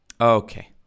Okay